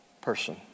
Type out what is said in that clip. person